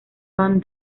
van